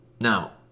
Now